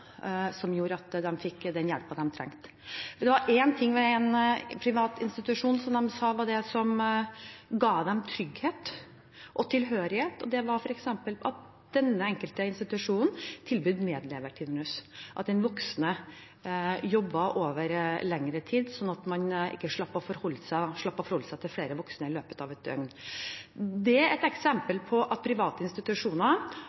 at de fikk den hjelpen de trengte. Det var én ting ved en privat institusjon de sa var det som ga dem trygghet og tilhørighet, og det var at denne institusjonen tilbydde medleverturnus, at den voksne jobbet over lengre tid, sånn at man slapp å forholde seg til flere voksne i løpet av et døgn. Det er et